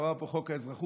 עבר פה חוק האזרחות,